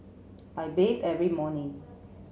I bathe every morning